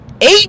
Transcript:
Eight